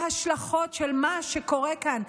ההשלכות של מה שקורה כאן,